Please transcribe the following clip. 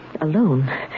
alone